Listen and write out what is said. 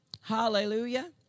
hallelujah